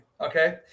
okay